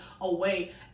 away